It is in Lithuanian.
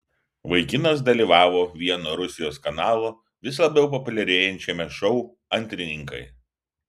vaikinas dalyvavo vieno rusijos kanalo vis labiau populiarėjančiame šou antrininkai